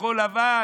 כחול לבן,